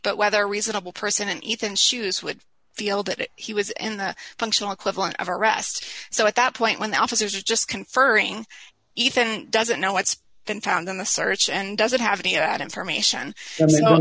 but whether a reasonable person ethan shoes would feel that he was in the functional equivalent of a rest so at that point when the officers are just conferring ethan doesn't know what's been found on the search and doesn't have any of that information